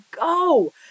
go